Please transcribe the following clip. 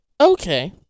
okay